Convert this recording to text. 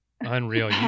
Unreal